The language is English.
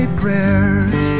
prayers